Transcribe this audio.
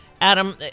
Adam